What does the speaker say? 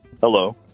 Hello